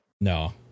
no